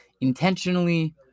Intentionally